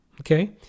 okay